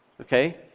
Okay